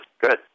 Good